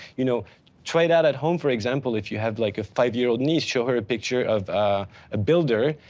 you know try it out at home for example, if you have like a five year old niece, show her a picture of a builder,